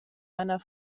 einer